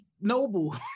noble